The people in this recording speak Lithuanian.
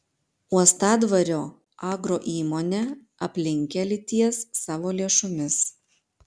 uostadvario agroįmonė aplinkkelį ties savo lėšomis